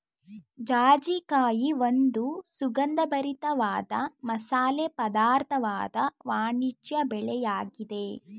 ಜಾಜಿಕಾಯಿ ಒಂದು ಸುಗಂಧಭರಿತ ವಾದ ಮಸಾಲೆ ಪದಾರ್ಥವಾದ ವಾಣಿಜ್ಯ ಬೆಳೆಯಾಗಿದೆ